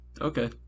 Okay